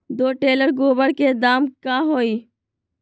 दो टेलर गोबर के दाम का होई?